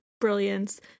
brilliance